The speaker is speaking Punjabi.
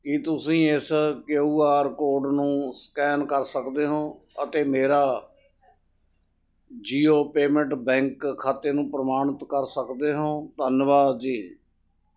ਕੀ ਤੁਸੀਂਂ ਇਸ ਕਿਊ ਆਰ ਕੋਡ ਨੂੰ ਸਕੈਨ ਕਰ ਸਕਦੇ ਹੋ ਅਤੇ ਮੇਰਾ ਜੀਓ ਪੇਮੈਂਟ ਬੈਂਕ ਖਾਤੇ ਨੂੰ ਪ੍ਰਮਾਣਿਤ ਕਰ ਸਕਦੇ ਹੋ ਧੰਨਵਾਦ ਜੀ